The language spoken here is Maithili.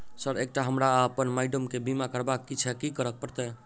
सर एकटा हमरा आ अप्पन माइडम केँ बीमा करबाक केँ छैय की करऽ परतै?